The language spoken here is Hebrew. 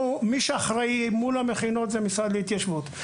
מי שאחראי מול המכינות הוא המשרד להתיישבות.